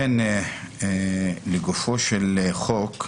לגופו של חוק,